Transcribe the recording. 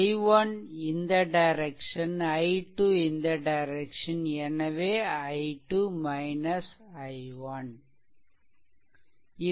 i1 இந்த direction and i2 இந்த direction எனவே i2 i1